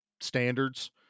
standards